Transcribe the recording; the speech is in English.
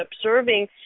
observing